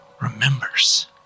remembers